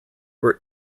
were